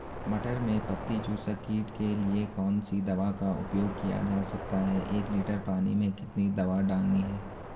मटर में पत्ती चूसक कीट के लिए कौन सी दवा का उपयोग किया जा सकता है एक लीटर पानी में कितनी दवा डालनी है?